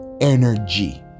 energy